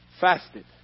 fasted